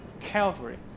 Calvary